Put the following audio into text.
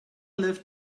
lift